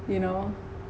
you know